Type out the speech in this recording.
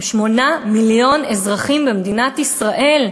אנחנו עם 8 מיליוני אזרחים במדינת ישראל.